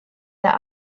der